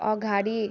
अगाडि